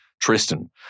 Tristan